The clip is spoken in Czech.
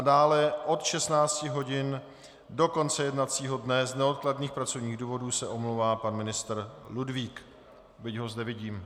Dále od 16 hodin do konce jednacího dne z neodkladných pracovních důvodů se omlouvá pan ministr Ludvík, byť ho zde vidím.